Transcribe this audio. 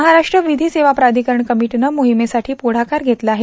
महाराष्ट्र विधी सेवा प्राधिकरण सॅमितीनं मोहिमेसाठी पुढाकार घेतला आहे